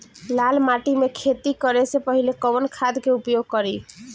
लाल माटी में खेती करे से पहिले कवन खाद के उपयोग करीं?